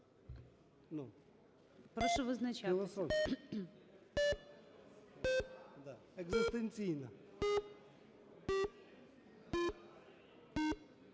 Прошу визначатися.